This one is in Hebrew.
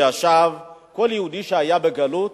לכל יהודי שהיה בגלות,